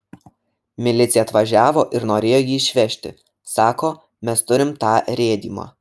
milicija atvažiavo ir norėjo jį išvežti sako mes turim tą rėdymą